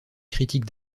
critique